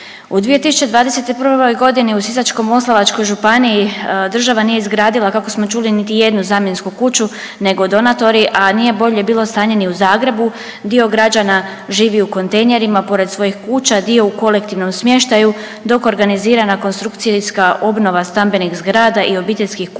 U 2021. godini u Sisačko-moslavačkoj županiji država nije izgradila kao smo čuli niti jednu zamjensku kuću nego donatori, a nije bolje bilo stanje ni u Zagrebu. Dio građana živu u kontejnerima pored svojih kuća, dio u kolektivnom smještaju dok organizirana konstrukcijska obnova stambenih zgrada i obiteljskih kuća